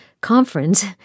Conference